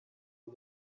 for